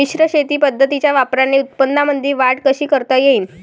मिश्र शेती पद्धतीच्या वापराने उत्पन्नामंदी वाढ कशी करता येईन?